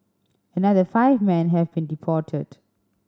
another five men have been deported